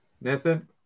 Nathan